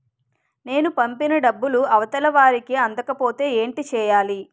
నేను పంపిన డబ్బులు అవతల వారికి అందకపోతే ఏంటి చెయ్యాలి?